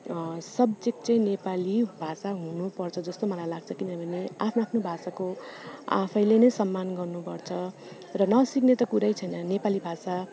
subject चाहिँ नेपाली भाषा हुनुपर्छ जस्तो मलाई लाग्छ किनभने आफ्नो आफ्नो भाषाको आफैले नै सम्मान गर्नुपर्छ र नसिक्ने त कुरै छैन नेपाली भाषा